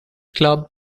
club